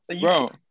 bro